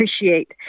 appreciate